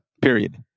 Period